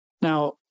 Now